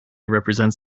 represents